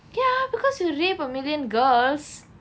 ya because you rape a million girls